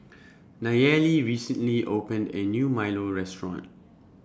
Nayeli recently opened A New Milo Restaurant